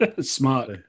Smart